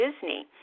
Disney